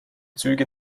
züge